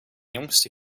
jongste